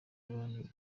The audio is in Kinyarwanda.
abantu